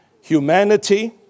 humanity